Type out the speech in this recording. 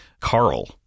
Carl